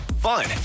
Fun